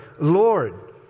Lord